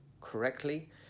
correctly